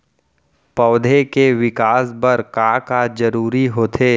पौधे के विकास बर का का जरूरी होथे?